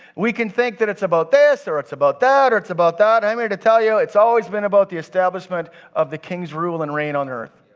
we can think that it's about this or it's about that or it's about that. i'm here to tell you it's always been about the establishment of the king's rule and reign on earth.